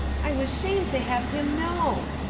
i was shamed to have him know.